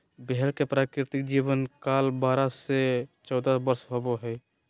भेड़ के प्राकृतिक जीवन काल बारह से चौदह वर्ष होबो हइ